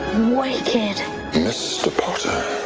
wicked mr. potter,